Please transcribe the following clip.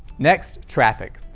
next, traffic.